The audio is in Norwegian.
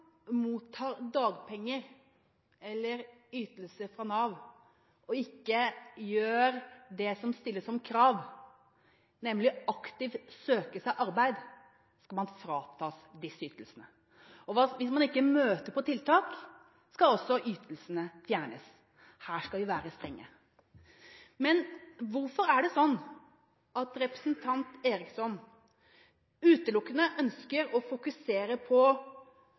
mottar dagpenger eller ytelser fra Nav og ikke gjør det det stilles krav om, nemlig aktivt å søke seg arbeid, kan man fratas disse ytelsene. Og hvis man ikke møter på tiltak, skal også ytelsene fjernes. Her skal vi være strenge. Hvorfor er det sånn at representanten Eriksson utelukkende ønsker å fokusere på